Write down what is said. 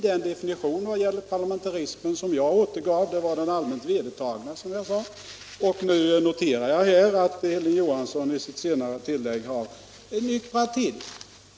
Den definition vad gäller parlamentarism som jag återgav är den allmänt vedertagna, och nu noterar jag att Hilding Johansson i sitt senare inlägg har nyktrat till.